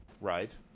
right